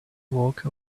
walk